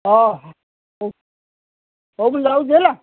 ହଁ ହଁ ହଉ ମୁଁ ଯାଉଛି ହେଲା